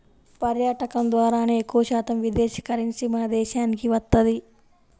పర్యాటకం ద్వారానే ఎక్కువశాతం విదేశీ కరెన్సీ మన దేశానికి వత్తది